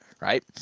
right